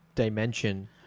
dimension